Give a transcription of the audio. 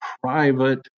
private